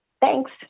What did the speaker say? Thanks